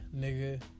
nigga